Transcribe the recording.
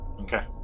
Okay